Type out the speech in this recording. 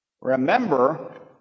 remember